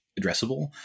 addressable